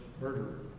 murderer